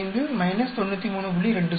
22 7 X 84